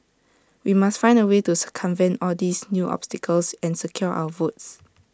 we must find A way to circumvent all these new obstacles and secure our votes